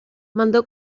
mandó